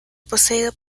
poseído